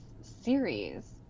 series